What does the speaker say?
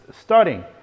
starting